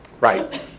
Right